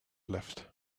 left